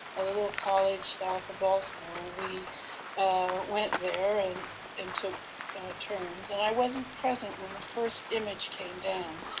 a little college south of baltimore. we went there and and took turns, and i wasn't present when the first image came down,